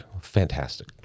fantastic